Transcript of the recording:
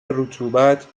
رطوبت